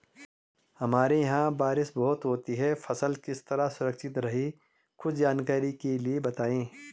हमारे यहाँ बारिश बहुत होती है फसल किस तरह सुरक्षित रहे कुछ जानकारी के लिए बताएँ?